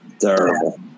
Terrible